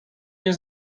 nie